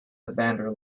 evander